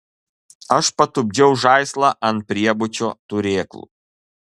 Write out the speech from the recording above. aš patupdžiau žaislą ant priebučio turėklų